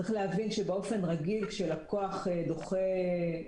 צריך להבין שבאופן רגיל כשלקוח עושה